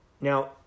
Now